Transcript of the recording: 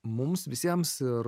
mums visiems ir